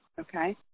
okay